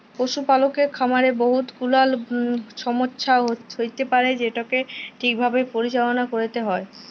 পশুপালকের খামারে বহুত গুলাল ছমচ্যা হ্যইতে পারে যেটকে ঠিকভাবে পরিচাললা ক্যইরতে হ্যয়